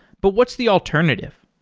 but what's the alternative?